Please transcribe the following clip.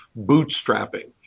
bootstrapping